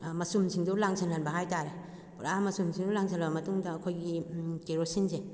ꯃꯆꯨꯝꯁꯤꯡꯗꯣ ꯂꯥꯡꯁꯟꯍꯟꯕ ꯍꯥꯏꯇꯥꯔꯦ ꯄꯨꯔꯥ ꯃꯆꯨꯝꯁꯤꯡꯗꯣ ꯂꯥꯡꯁꯜꯂꯕ ꯃꯇꯨꯡꯗ ꯑꯩꯈꯣꯏꯒꯤ ꯀꯦꯔꯣꯁꯤꯟꯁꯦ